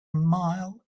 mile